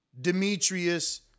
Demetrius